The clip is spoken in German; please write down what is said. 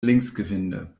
linksgewinde